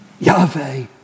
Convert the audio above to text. Yahweh